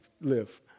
live